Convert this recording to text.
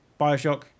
Bioshock